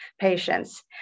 patients